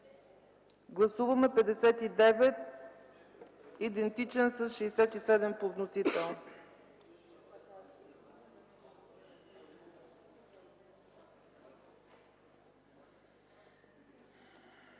Гласуваме чл. 59 идентичен с 67 по вносител.